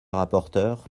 rapporteure